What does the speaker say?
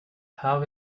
how